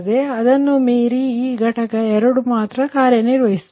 ಆದ್ದರಿಂದ ಅದನ್ನು ಮೀರಿ ಈ ಘಟಕ ಎರಡು ಮಾತ್ರ ಕಾರ್ಯನಿರ್ವಹಿಸುತ್ತದೆ